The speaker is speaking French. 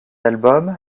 album